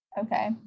okay